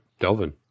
Delvin